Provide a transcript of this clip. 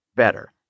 better